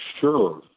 sure